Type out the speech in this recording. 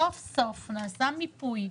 סוף סוף נעשה מיפוי,